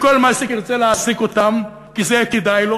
שכל מעסיק ירצה להעסיק אותם, כי זה יהיה כדאי לו.